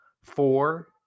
Four